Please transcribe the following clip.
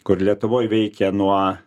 kur lietuvoj veikia nuo